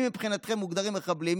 מי מבחינתכם מוגדרים מחבלים,